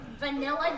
Vanilla